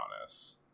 honest